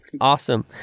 Awesome